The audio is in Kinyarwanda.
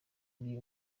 ari